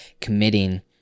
committing